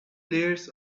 layers